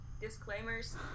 disclaimers